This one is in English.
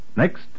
Next